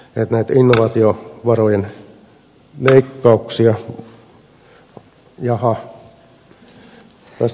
jaha taisi aika ylittyä